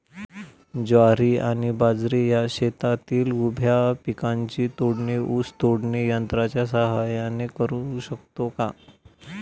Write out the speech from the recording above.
ज्वारी आणि बाजरी या शेतातील उभ्या पिकांची तोडणी ऊस तोडणी यंत्राच्या सहाय्याने करु शकतो का?